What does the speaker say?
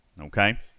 Okay